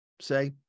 say